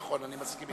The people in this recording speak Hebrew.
נכון, אני מסכים אתך.